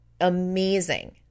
amazing